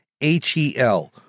H-E-L